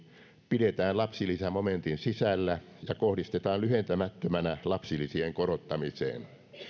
pidetään lapsilisämomentin sisällä ja kohdistetaan lyhentämättömänä lapsilisien korottamiseen